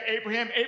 Abraham